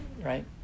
right